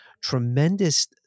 tremendous